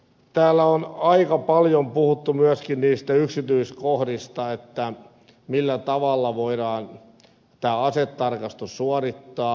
täällä on aika paljon puhuttu myöskin niistä yksityiskohdista millä tavalla voidaan tämä asetarkastus suorittaa